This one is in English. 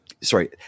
sorry